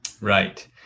Right